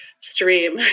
stream